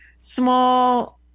small